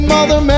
Mother